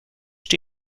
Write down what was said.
phd